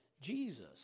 Jesus